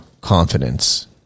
confidence